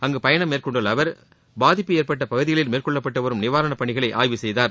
அங்கு பயணம் மேற்கொண்டுள்ள அவர் பாதிப்பு ஏற்பட்ட பகுதிகளில் மேற்கொள்ளப்பட்டு வரும் நிவாரணப்பணிகளை ஆய்வு செய்தார்